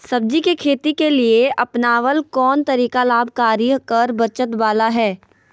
सब्जी के खेती के लिए अपनाबल कोन तरीका लाभकारी कर बचत बाला है?